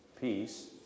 peace